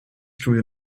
through